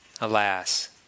Alas